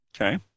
Okay